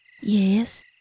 Yes